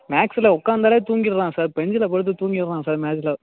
மேக்ஸில் உக்கார்ந்தாலே தூங்கிடுறான் சார் பெஞ்சில் படுத்து தூங்கிடுறான் சார் மேக்ஸில்